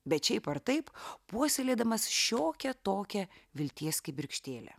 bet šiaip ar taip puoselėdamas šiokią tokią vilties kibirkštėlę